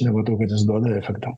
nematau kad jis duoda efekto